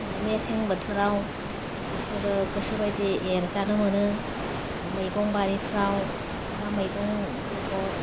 ओह मेसें बोथोराव बिसोरो गोसोबायदि एरजानो मोनो मैगं बारिफ्राव बहा मैगं बेगर